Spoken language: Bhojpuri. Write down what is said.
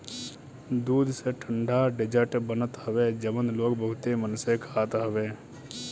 दूध से ठंडा डेजर्ट बनत हवे जवन लोग बहुते मन से खात हवे